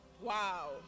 Wow